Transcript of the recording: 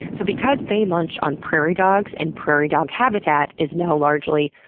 so because they munch on prairie dogs, and prairie dog habitat is now largely,